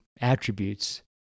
attributes